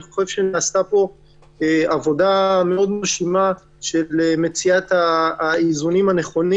אני חושב שנעשתה פה עבודה מאוד מרשימה של מציאת האיזונים הנכונים.